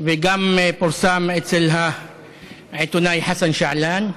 ופורסם אצל העיתונאי חסן שעלאן,